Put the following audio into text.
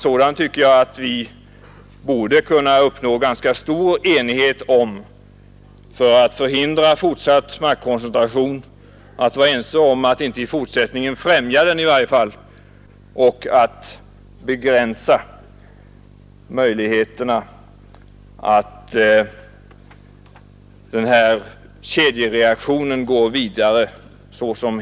Jag tycker att vi borde kunna uppnå ganska stor enighet om en sådan politik för att förhindra fortsatt maktkoncentration: ett första steg är att i varje fall i fortsättningen inte främja den.